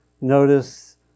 notice